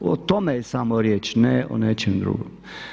O tome je samo riječ, ne o nečemu drugom.